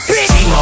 Bitch